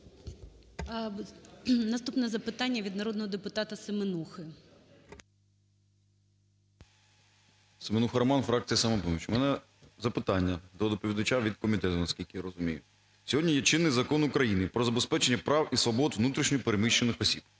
Наступне запитання - від народного депутата Семенухи. 13:16:07 СЕМЕНУХА Р.С. Семенуха Роман, фракція "Самопоміч". У мене запитання до доповідача від комітету, наскільки я розумію. Сьогодні є чинний Закон України "Про забезпечення прав і свобод внутрішньо переміщених осіб",